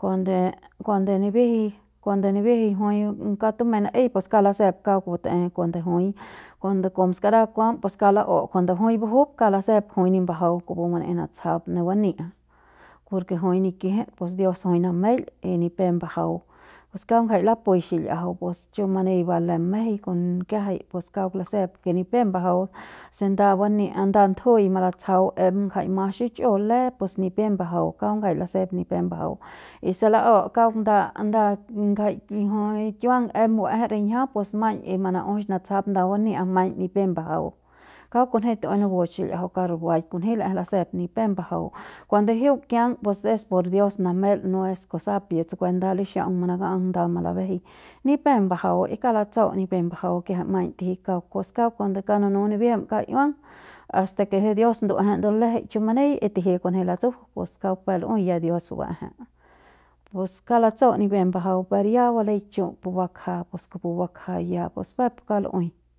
kuande kuande nibijiñ kuande nibijiñ jui kauk tumeiñ pus kauk lasep kauk bat'e kuande jui kom skaraja kuam pus kauk la'u kuande jui bajup kauk lasep ke jui nip mbajau pu naei natsjap me bania'a por ke jui nikijit pus dios jui nameil y ni pep mbajau pus kauk ngjai lapu xil'iajau pus chumani ba lem mejeiñ kon kiajai pus kauk lasep ke ni pep mbajau se nda bania'a nda ndujuiñ malatsjau em ngjai ma xichu le pus ni pep mbajau kauk ngjai lasep ni pep mbajau y si la'u kauk nda nda nda ngjai jui kiuang em ba'eje riñjia pus maiñ mana'ujux natsjap nda bania'a maiñ ni pep majau kauk kunji tu'uei nubut xil'iajau kauk rubaiñ kunji la'eje lasep ni pep mbajau kuande jiuk kian pus es por dios namel no es kusap ya tsukue nda lixa'aung manakang nda malabejei ni pep mbajau y kauk latsau ni pep mbajau kiajai maiñ tiji kauk pus kauk cuando kauk nunu nibijim kauk iuang hasta ke dios nduejeil ndulejeik chumani y tiji kunji latsuju pus kauk peuk lu'uei ya dios ba'eje pus kauk latsau ni pep mbajau per ya baleik chu pu bakja pus kupu bakja ya pus peuk pu kauk lu'uei.